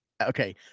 Okay